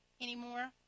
anymore